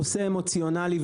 הנושא אמוציונלי,